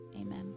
Amen